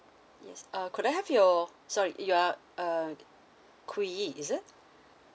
yes uh could I have your sorry you are uh qui yee is it